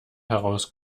heraus